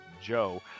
Joe